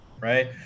right